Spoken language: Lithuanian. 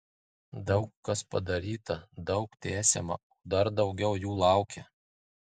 daug kas padaryta daug tęsiama o dar daugiau jų laukia